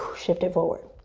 shift it forward.